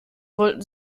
wollen